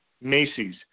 Macy's